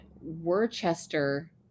Worcester